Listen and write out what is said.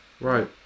Right